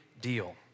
deal